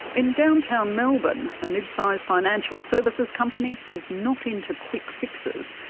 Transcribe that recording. in downtown melbourne, a midsize financial services company is not into quick fixes.